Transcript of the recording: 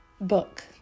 book